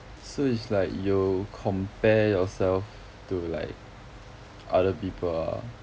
so is like you'll compare yourself to like other people ah